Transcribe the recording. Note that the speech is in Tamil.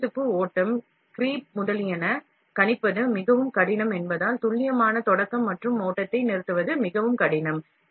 பிசுபிசுப்பு ஓட்டம் க்ரீப் முதலியன கணிப்பது மிகவும் கடினம் என்பதால் துல்லியமான தொடக்க மற்றும் ஓட்டத்தை நிறுத்துவது மிகவும் கடினம்